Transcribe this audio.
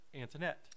Antoinette